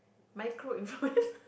micro influencer